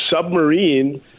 submarine